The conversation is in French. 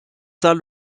saint